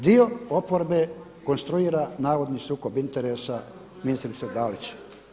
Dio oporbe konstruira navodni sukob interesa ministrice Dalić.